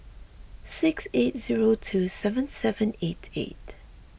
six eight zero two seven seven eight eight